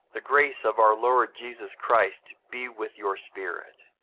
the grace of our lord jesus christ be with your spirit.